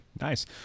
Nice